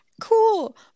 cool